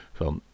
van